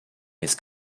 his